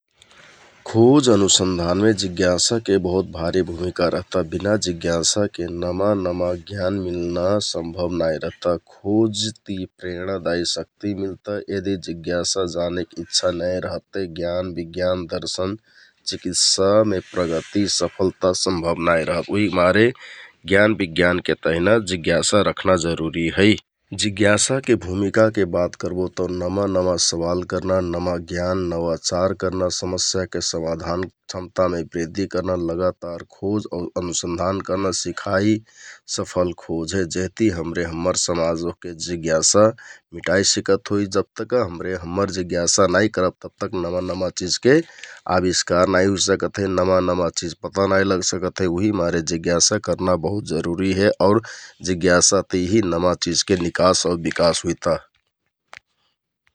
खोज अनुसन्धानमे जिज्ञाशाके बहुत भारि भुमिका रहता । बिना जिज्ञाशाके नमा नमा ज्ञान मिलना सम्भव नाइ रहता । खोज ति प्रेरणादायि शक्ति मिलता यदि जिज्ञाशा, जानेक इच्छा नाइ रहत ते ज्ञान, बिज्ञान, दर्शन, चिकित्सामे प्रगति, सफलता सम्भव नाइ रहत । उहिमारे ज्ञान, बिज्ञानके तहिना जिज्ञाशा रखना जरुरि है । जिज्ञाशाके भुमिकाके बात करबो तौ नमा नमा सवाल करना, नमा ज्ञान, नवा करना, समस्याके समाधान, क्षमतामे बृद्धि करना, लगातार खोज आउर अनुसन्धान करना । सिखाइ सफल खोज हे जेहति हमरे हम्मर समाज ओहके जिज्ञाशा मिटाइ सिकत होइ । जब तक्का हमरे हम्मर जिज्ञाशा नाइ करब तब तक नमा नमा चिझके आबिस्कार नाइ होइ सकत हे । नमा नमा चिझ पता नाइ लगसकत हे उहिमारे जिज्ञाशा करना बहुत जरुरि हे और जिज्ञाशा तिहि नमा चिझके निकास आउ बिकास हुइता।